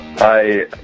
Hi